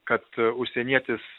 kad užsienietis